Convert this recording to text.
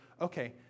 okay